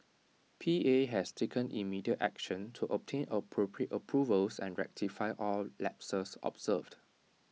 P A has taken immediate action to obtain appropriate approvals and rectify all lapses observed